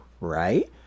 right